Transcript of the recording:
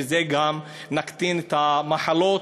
בזה גם נקטין את המחלות